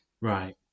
Right